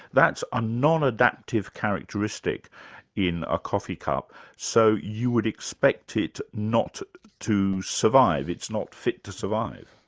that's a non-adaptive characteristic in a coffee cup so you would expect it not to survive it's not fit to survive.